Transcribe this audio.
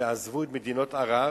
שעזבו את מדינות ערב והלכו,